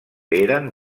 eren